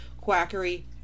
quackery